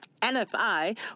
NFI